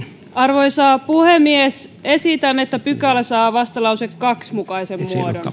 arvoisa puhemies esitän että pykälä saa vastalauseen kahden mukaisen